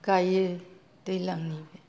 गाइयो दैलांनि